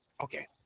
okay